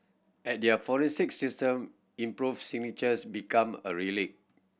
as their forensic system improved signatures become a relic